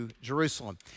Jerusalem